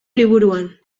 liburuan